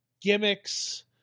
gimmicks